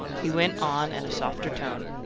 he went on in a softer tone